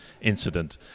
incident